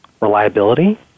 Reliability